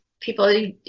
people